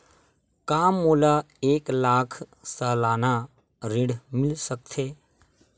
का मोला एक लाख सालाना ऋण मिल सकथे?